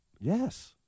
Yes